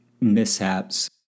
mishaps